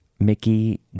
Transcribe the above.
Mickey